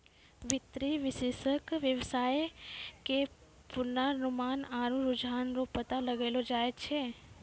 वित्तीय विश्लेषक वेवसाय के पूर्वानुमान आरु रुझान रो पता लगैलो जाय छै